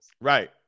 Right